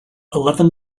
eleven